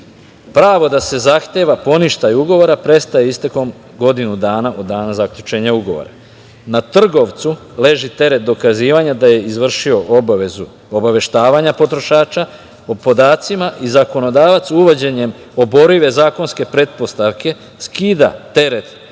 Pravo da se zahteva poništaj ugovora prestaje istekom godinu dana od dana zaključenja ugovora. Na trgovcu leži teret dokazivanja da je izvršio obavezu obaveštavanja potrošača o podacima i zakonodavac uvođenjem oborive zakonske pretpostavke skida teret dokazivanja